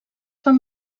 van